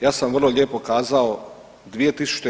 Ja sam vrlo lijepo kazao 2000.